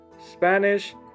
Spanish